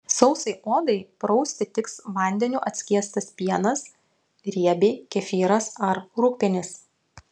sausai odai prausti tiks vandeniu atskiestas pienas riebiai kefyras ar rūgpienis